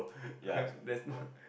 right then